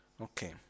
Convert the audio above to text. Okay